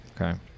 Okay